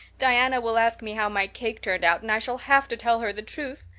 diana will ask me how my cake turned out and i shall have to tell her the truth.